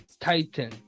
titan